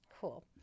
cool